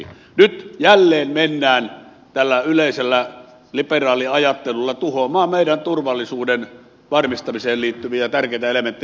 nyt jälleen mennään tällä yleisellä liberaaliajattelulla tuhoamaan meidän turvallisuuden varmistamiseen liittyviä tärkeitä elementtejä